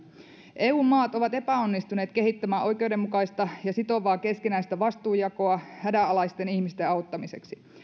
eu maat ovat epäonnistuneet kehittämään oikeudenmukaista ja sitovaa keskinäistä vastuunjakoa hädänalaisten ihmisten auttamiseksi